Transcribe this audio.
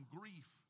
grief